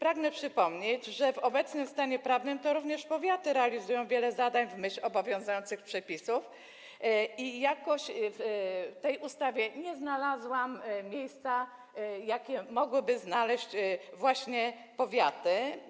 Pragnę przypomnieć, że w obecnym stanie prawnym to również powiaty realizują wiele zadań w myśl obowiązujących przepisów i jakoś w tej ustawie nie znalazłam zapisów dotyczących miejsca, w jakim mogłyby znaleźć się właśnie powiaty.